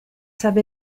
sabe